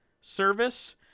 service